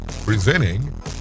Presenting